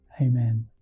Amen